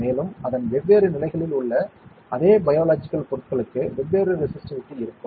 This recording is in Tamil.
மேலும் அதன் வெவ்வேறு நிலைகளில் உள்ள அதே பயாலஜிக்கல் பொருட்களுக்கு வெவ்வேறு ரேசிஸ்டிவிடி இருக்கும்